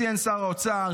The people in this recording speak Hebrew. ציין שר האוצר,